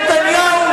נתניהו,